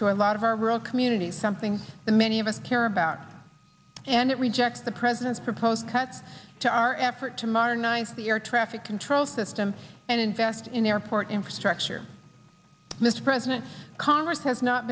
to a lot of our rural communities something that many of us care about and it rejects the president's proposed cuts to our effort to modernize the air traffic control system and invest in airport infrastructure mr president congress has not